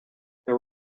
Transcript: there